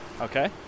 Okay